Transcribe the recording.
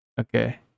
Okay